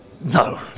no